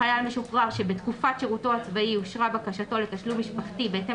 חייל משוחרר שבתקופת שירותו הצבאי אושרה בקשתו לתשלום משפחתי בהתאם